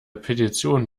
petition